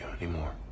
anymore